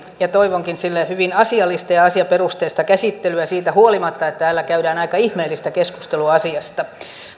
toivonkin sille hyvin asiallista ja asiaperusteista käsittelyä siitä huolimatta että täällä käydään aika ihmeellistä keskustelua asiasta